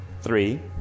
Three